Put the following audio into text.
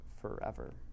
forever